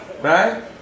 right